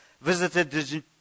visited